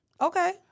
Okay